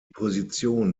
position